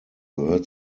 gehört